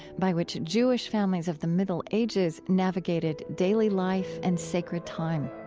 by which jewish families of the middle ages navigated daily life and sacred time